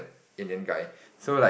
Indian guy so like